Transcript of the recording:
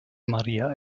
maria